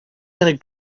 going